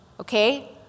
Okay